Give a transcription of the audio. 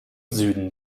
süden